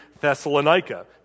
Thessalonica